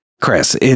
Chris